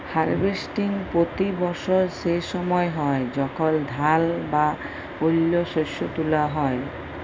harvesting পতি বসর সে সময় হ্যয় যখল ধাল বা অল্য শস্য তুলা হ্যয়